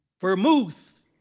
vermouth